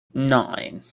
nine